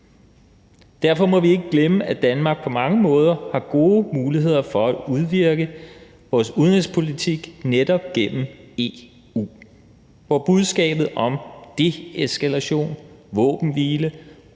Derfor må vi ikke glemme, at Danmark på mange måder har gode muligheder for at udvirke vores udenrigspolitik netop gennem EU, hvor budskabet om deeskalation, våbenhvile